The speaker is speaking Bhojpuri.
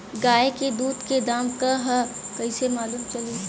गाय के दूध के दाम का ह कइसे मालूम चली?